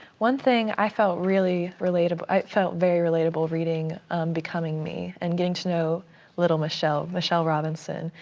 one thing i felt really relatable, i felt very relatable reading becoming me and getting to know little michelle, michelle robinson.